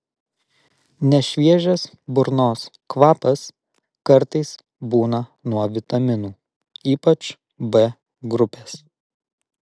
nešviežias burnos kvapas kartais būna nuo vitaminų ypač b grupės